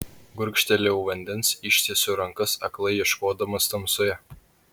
gurkštelėjau vandens ištiesiau rankas aklai ieškodamas tamsoje